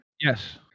yes